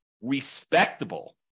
respectable